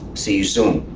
see you soon.